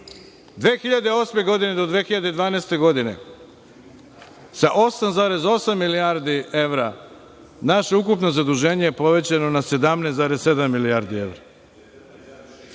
osme godine do 2012. godine, sa 8,8% milijardi evra naše ukupno zaduženje je povećano na 17,7 milijardi evra,